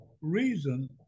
reason